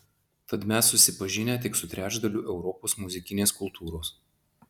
tad mes susipažinę tik su trečdaliu europos muzikinės kultūros